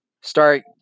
start